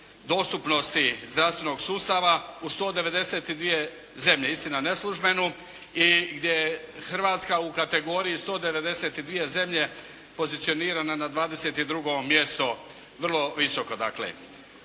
dostupnosti zdravstvenog sustav u 192 zemlje. Istina, neslužbenu. I gdje je Hrvatska u kategoriji 192 zemlje pozicionirana na 22 mjesto, vrlo visoko